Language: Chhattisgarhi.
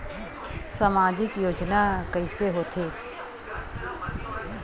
सामजिक योजना कइसे होथे?